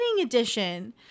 Edition